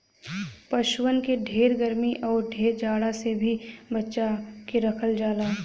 पसुअन के ढेर गरमी आउर ढेर जाड़ा से भी बचा के रखल जाला